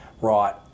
right